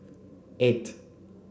eight